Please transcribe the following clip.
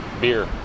beer